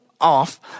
off